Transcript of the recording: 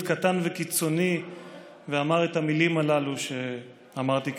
קטן וקיצוני ואמר את המילים הללו שאמרתי כרגע.